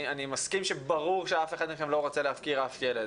אני מסכים שברור שאף אחד מכם לא רוצה להפקיר את הלדים.